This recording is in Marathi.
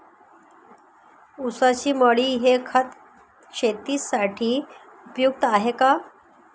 ऊसाची मळी हे खत शेतीसाठी उपयुक्त आहे का?